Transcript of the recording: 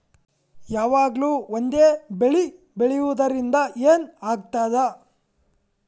ಯಾವಾಗ್ಲೂ ಒಂದೇ ಬೆಳಿ ಬೆಳೆಯುವುದರಿಂದ ಏನ್ ಆಗ್ತದ?